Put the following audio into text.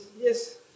Yes